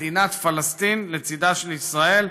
מדינת פלסטין לצידה של ישראל,